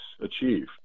achieve